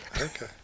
Okay